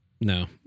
No